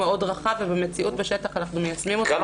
מאוד רחב ובמציאות בשטח אנחנו מיישמים אותו --- כמה